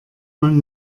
man